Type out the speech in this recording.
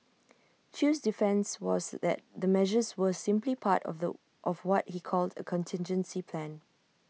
chew's defence was that the measures were simply part of the of what he called A contingency plan